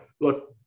look